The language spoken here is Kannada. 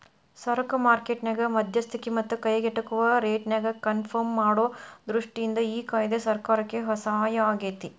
ಸರಕ ಮಾರ್ಕೆಟ್ ನ್ಯಾಗ ಮಧ್ಯಸ್ತಿಕಿ ಮತ್ತ ಕೈಗೆಟುಕುವ ರೇಟ್ನ್ಯಾಗ ಕನ್ಪರ್ಮ್ ಮಾಡೊ ದೃಷ್ಟಿಯಿಂದ ಈ ಕಾಯ್ದೆ ಸರ್ಕಾರಕ್ಕೆ ಸಹಾಯಾಗೇತಿ